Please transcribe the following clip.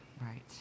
right